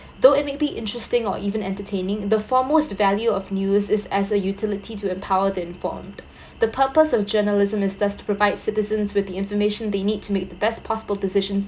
though it may be interesting or even entertaining the foremost value of news is as a utility to empower to inform the purpose of journalism is thus to provide citizen with the information they need to make the best possible decision